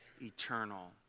eternal